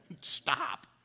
Stop